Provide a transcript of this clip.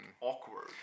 awkward